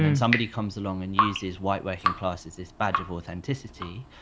and somebody comes along and uses white working class as this badge of authenticity.